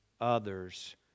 others